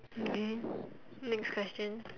and then next question